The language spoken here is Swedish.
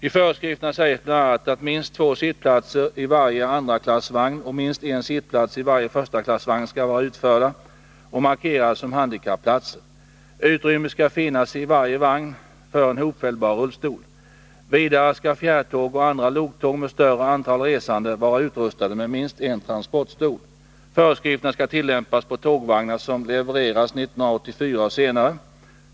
I föreskrifterna sägs bl.a. att minst två sittplatser i varje andraklassvagn och minst en sittplats i varje förstaklassvagn skall vara utförda och markerade som handikapplatser. Utrymme skall finnas i varje vagn för en hopfällbar rullstol. Vidare skall fjärrtåg och andra loktåg med större antal resande vara utrustade med minst en transportstol. Föreskrifterna skall tillämpas på tågvagnar som levereras 1984 och senare.